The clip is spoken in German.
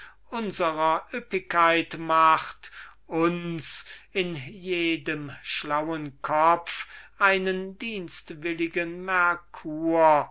üppigkeit macht und der uns in jedem schlauen kopf einen dienstwilligen mercur